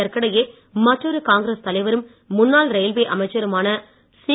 இதற்கிடையே மற்றொரு காங்கிரஸ் தலைவரும் முன்னாள் ரயில்வே அமைச்சருமான சி